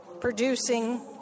producing